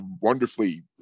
wonderfully